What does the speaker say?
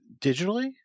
digitally